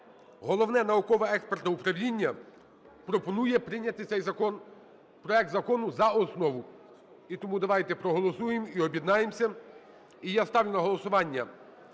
Головне науково-експертне управління пропонує прийняти цей закон, проект закону за основу. І тому давайте проголосуємо і об'єднаємося. І я ставлю на голосування